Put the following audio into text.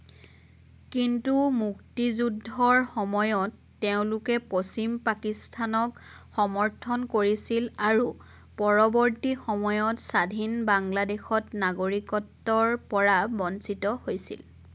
কিন্তু মুক্তিযুদ্ধৰ সময়ত তেওঁলোকে পশ্চিম পাকিস্তানক সমৰ্থন কৰিছিল আৰু পৰৱৰ্তী সময়ত স্বাধীন বাংলাদেশত নাগৰিকত্বৰ পৰা বঞ্চিত হৈছিল